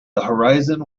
horizon